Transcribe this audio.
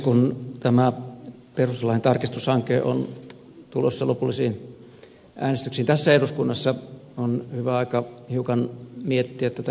kun tämä perustuslain tarkistushanke on tulossa lopullisiin äänestyksiin tässä eduskunnassa on hyvä aika hiukan miettiä tätä historiaa